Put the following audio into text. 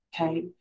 Okay